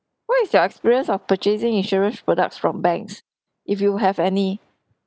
what is your experience of purchasing insurance products from banks if you have any